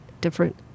different